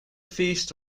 feast